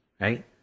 right